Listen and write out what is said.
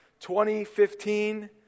2015